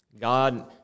God